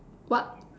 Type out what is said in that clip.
what